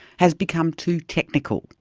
has become too technical,